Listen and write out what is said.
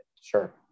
sure